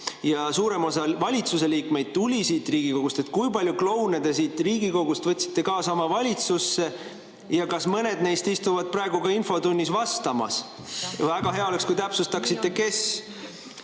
ja suurem osa valitsuse liikmeid tuli siit Riigikogust, kui palju kloune te siit Riigikogust võtsite siis kaasa oma valitsusse? Kas mõned neist istuvad praegu ka siin infotunnis vastamas? Väga hea oleks, kui te täpsustaksite, kes.